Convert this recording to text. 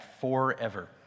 forever